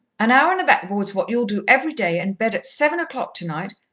an hour on the backboard's what you'll do every day, and bed at seven o'clock tonight.